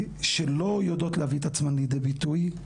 שלא יודעות להביא את עצמן לידי ביטוי,